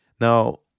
Now